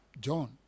John